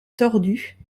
tordues